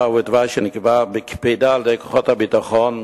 בתוואי שנקבע בקפידה על-ידי כוחות הביטחון,